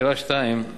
שאלה שנייה,